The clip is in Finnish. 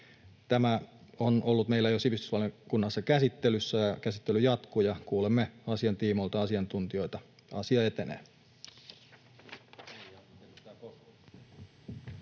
Tämä on ollut meillä jo sivistysvaliokunnassa käsittelyssä, ja käsittely jatkuu ja kuulemme asian tiimoilta asiantuntijoita. Asia etenee. [Speech